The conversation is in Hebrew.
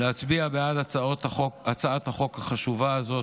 להצביע בעד הצעת חוק חשובה זו.